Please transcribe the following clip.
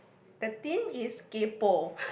the theme is kaypo